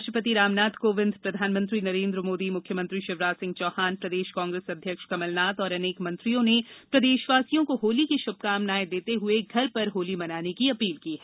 राष्ट्रपति रामनाथ कोविंद प्रधानमंत्री नरेन्द्र मोदी मुख्यमंत्री शिवराज सिंह चौहान प्रदेश कांग्रेस अध्यक्ष कमलनाथ और अनेक मंत्रियों ने प्रदेशवासियों को होली की शुभकामना देते हुए घर पर होली मनाने की अपील की है